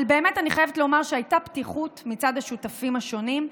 אבל אני באמת חייבת לומר שהייתה פתיחות מצד השותפים השונים,